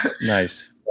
Nice